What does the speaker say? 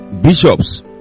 bishops